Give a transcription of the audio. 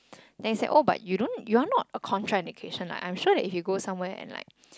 then he said oh but you don't you are not a contraindication I'm sure if you go somewhere and like